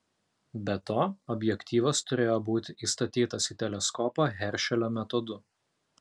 be to objektyvas turėjo būti įstatytas į teleskopą heršelio metodu